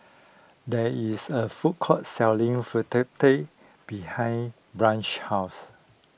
there is a food court selling Fritada behind Branch's house